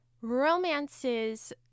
romances